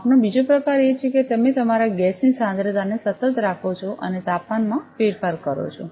માપનો બીજો પ્રકાર એ છે કે તમે તમારા ગેસની સાંદ્રતાને સતત રાખો છો અને તાપમાનમાં ફેરફાર કરો છો